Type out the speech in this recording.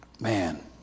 Man